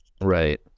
right